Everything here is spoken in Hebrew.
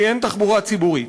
כי אין תחבורה ציבורית.